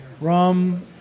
Rum